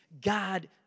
God